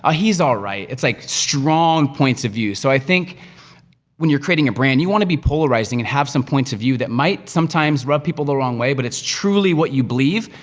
ah he's all right. it's like, strong points of view. so, i think when you're creating a brand, you wanna be polarizing, and have some points of view that might sometimes rub people the wrong way, but it's truly what you believe.